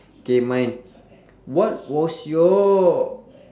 K mine what was your